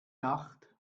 nacht